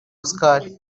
oscar